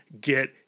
get